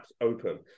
open